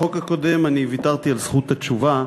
בחוק הקודם אני ויתרתי על זכות התשובה